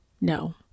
no